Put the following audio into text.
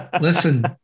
listen